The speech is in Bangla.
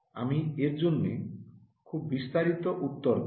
আমি এর জন্য খুব বিস্তারিত উত্তর দেব